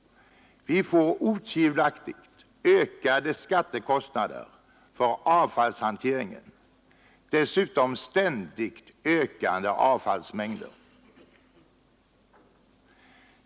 Vi får otvivelaktigt ökade skattekostnader för avfallshanteringen, dessutom ständigt ökande avfallsmängder.